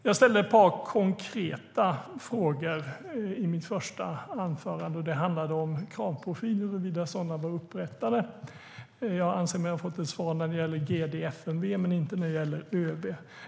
Jag ställde ett par konkreta frågor i mitt första anförande. Jag frågade huruvida kravprofiler var upprättade. Jag anser mig ha fått ett svar när det gäller gd för FMV, men inte när det gäller ÖB.